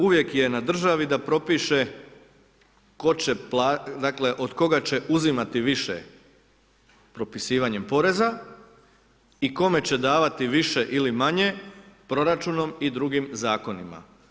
Uvijek je na državi da propiše od koga će uzimati više propisivanjem poreza i kome će davati više ili manje proračunom i drugim zakonima.